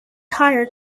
hired